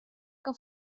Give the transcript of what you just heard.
que